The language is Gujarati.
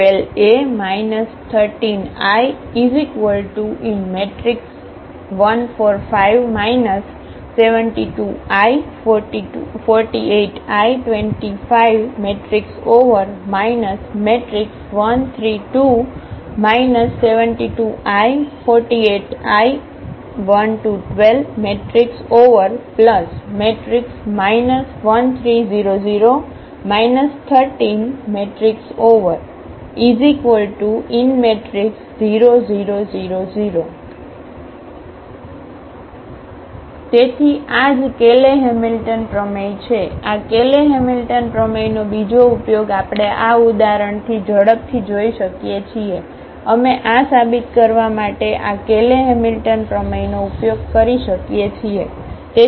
A2 12A 13I145 72i 48i 25 132 72i 48i 12 13 0 0 13 0 0 0 0 તેથી આ જ કેલે હેમિલ્ટન પ્રમેય છે આ કેલે હેમિલ્ટન પ્રમેયનો બીજો ઉપયોગ આપણે આ ઉદાહરણથી ઝડપથી જોઈ શકીએ છીએ અમે આ સાબિત કરવા માટે આ કેલે હેમિલ્ટન પ્રમેયનો ઉપયોગ કરી શકીએ છીએ